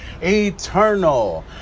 Eternal